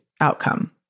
outcome